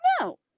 no